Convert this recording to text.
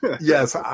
yes